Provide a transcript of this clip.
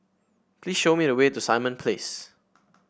please show me the way to Simon Place